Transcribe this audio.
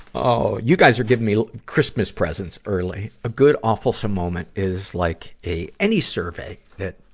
oh, you guys are giving me christmas presents early. a good awfulsome moment is like a any survey that,